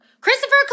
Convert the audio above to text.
Christopher